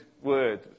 word